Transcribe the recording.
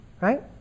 right